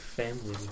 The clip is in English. family